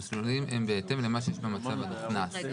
המסלולים הם בהתאם למה שיש במצב הנכנס.